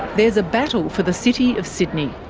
there's a battle for the city of sydney.